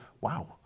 Wow